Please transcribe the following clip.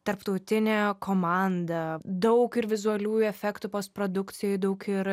tarptautinė komanda daug ir vizualiųjų efektų post produkcijoj daug ir